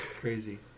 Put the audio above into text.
Crazy